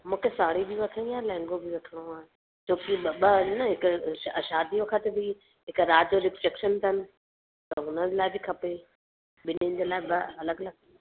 मूंखे साड़ी बि वठिणी आहे लेहंॻो बि वठिणो आहे छो की ॿ ॿ आहिनि न हिक श शादी वखत बि हिक राति जो रिसेप्शन अथन त हुन लाइ बि खपे ॿिन्हीनि जे लाइ ॿ अलॻि अलॻि